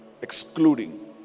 Excluding